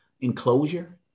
enclosure